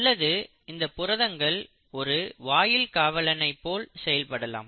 அல்லது இந்த புரதங்கள் ஒரு வாயில் காவலனை போல் செயல்படலாம்